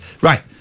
Right